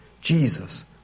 Jesus